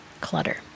Clutter